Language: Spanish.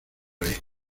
reír